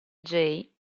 jay